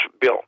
bill